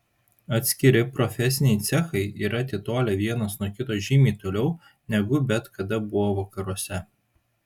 atskiri profesiniai cechai yra atitolę vienas nuo kito žymiai toliau negu bet kada buvo vakaruose